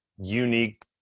unique